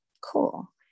Cool